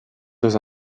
dans